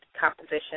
composition